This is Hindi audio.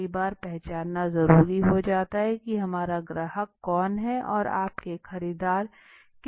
कई बार पहचानना जरूरी हो जाता है की हमारा ग्राहक कौन है और आपके खरीदार किस तरह के लोग हैं